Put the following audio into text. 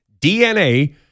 DNA